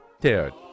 Dude